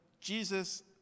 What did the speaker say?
jesus